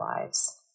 lives